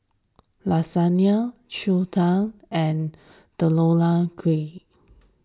Lasagne Zosui and Deodeok Gui